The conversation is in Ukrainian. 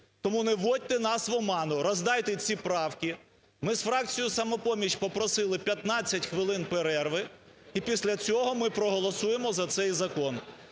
Тому не вводьте нас в оману! Роздайте ці правки. Ми з фракцією "Самопоміч" попросили 15 хвилин перерви, і після цього ми проголосуємо за цей закон.